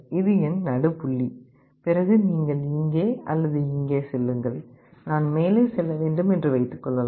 இது என் நடு புள்ளி பிறகு நீங்கள் இங்கே அல்லது இங்கே செல்லுங்கள் நான் மேலே செல்ல வேண்டும் என்று வைத்துக்கொள்ளலாம்